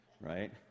Right